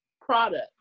Product